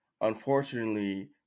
unfortunately